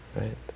right